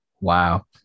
wow